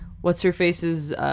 what's-her-face's